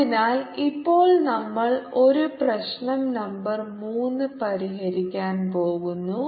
അതിനാൽ ഇപ്പോൾ നമ്മൾ ഒരു പ്രശ്നം നമ്പർ മൂന്ന് പരിഹരിക്കാൻ പോകുന്നു